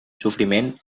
sofriment